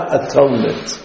atonement